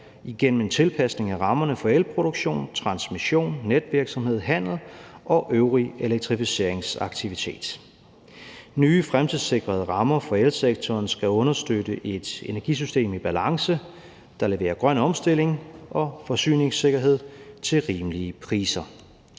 igennem en tilpasning af rammerne for elproduktion, transmission, netvirksomhed, handel og øvrig elektrificeringsaktivitet. Nye fremtidssikrede rammer for elsektoren skal understøtte et energisystem i balance, der leverer grøn omstilling og forsyningssikkerhed til rimelige priser.